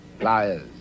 liars